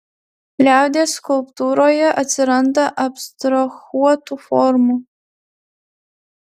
liaudies skulptūroje atsiranda abstrahuotų formų